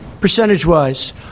percentage-wise